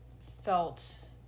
felt